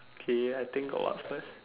okay I think go up first